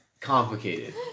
complicated